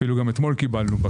אפילו גם אתמול קיבלנו,